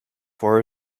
for